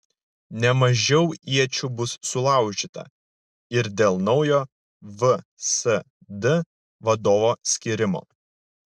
ne mažiau iečių bus sulaužyta ir dėl naujo vsd vadovo skyrimo